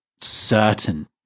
certain